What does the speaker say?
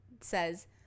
says